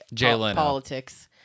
politics